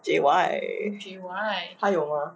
J Y 还有吗